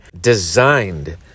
designed